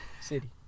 City